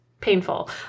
painful